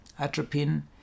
atropine